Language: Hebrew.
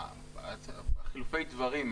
חילופי הדברים.